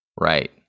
Right